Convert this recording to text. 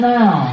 now